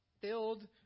filled